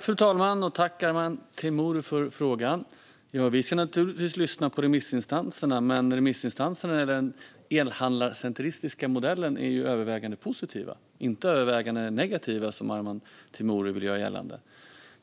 Fru talman! Tack, Arman Teimouri, för frågan! Vi ska naturligtvis lyssna på remissinstanserna. Men remissinstanserna för den elhandlarcentriska modellen är övervägande positiva, inte övervägande negativa som Arman Teimouri vill göra gällande.